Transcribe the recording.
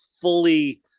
fully